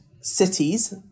cities